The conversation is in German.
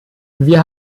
wir